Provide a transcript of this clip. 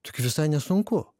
taigi visai nesunku